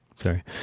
Sorry